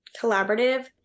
collaborative